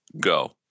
go